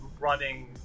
running